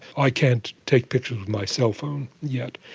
i can't take pictures with my cell phone yet,